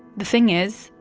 the thing is,